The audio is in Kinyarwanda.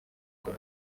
col